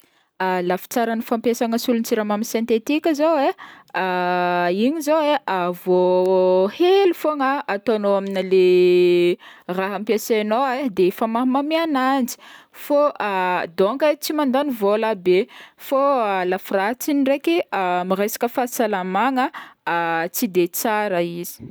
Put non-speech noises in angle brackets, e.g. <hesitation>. <hesitation> Lafitsaran'ny fampiasagna solon-tsiramamy sentetika zao e, igny zao e vao <hesitation> hely fogna ataognao amle <hesitation> raha ampiasignao e de efa mahamamy agnanjy, donc e tsy mandagny vôla be; fô ny lafy ratsiny ndraiky e <hesitation> amy lafigny fahasalamagna <hesitation> tsy de tsara izy.